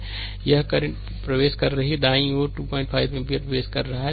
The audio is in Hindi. यह करंट प्रवेश कर रही है दाईं ओर 25 एम्पीयर प्रवेश कर रहा है